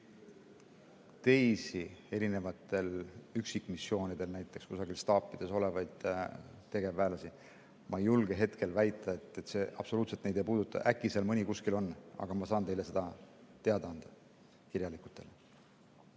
teisi, erinevatel üksikmissioonidel, näiteks kusagil staapides olevaid tegevväelasi, siis ma ei julge hetkel väita, et see neid absoluutselt ei puuduta. Äkki mõni selline kuskil on, aga ma saan teile vastuse anda kirjalikult.